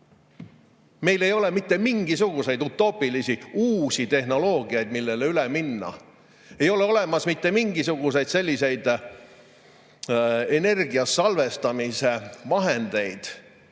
Meil ei ole mitte mingisugust utoopilist uut tehnoloogiat, millele üle minna. Meil ei ole olemas mitte mingisuguseid selliseid energia salvestamise vahendeid,